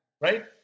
right